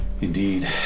Indeed